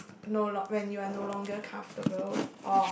no long when you're no longer comfortable or